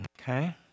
Okay